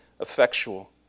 effectual